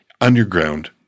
underground